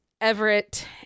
Everett